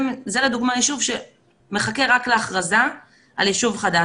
זה לדוגמה יישוב שמחכה רק להכרזה על יישוב חדש.